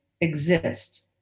exist